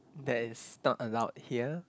that is not allowed here